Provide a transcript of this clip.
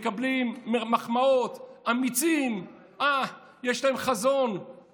מחמאות: אמיצים, אה, יש להם חזון.